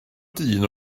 dyn